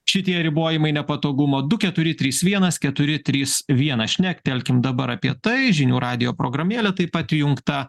šitie ribojimai nepatogumo du keturi trys vienas keturi trys vienas šnektelkim dabar apie tai žinių radijo programėlė taip pat įjungta